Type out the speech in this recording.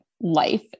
life